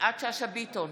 יפעת שאשא ביטון,